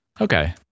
Okay